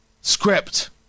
script